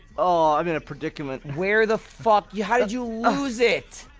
ohh, i'm in a predicament where the fuck you how did you lose it?